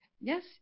Yes